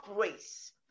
race